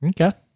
Okay